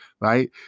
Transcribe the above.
right